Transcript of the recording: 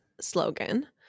slogan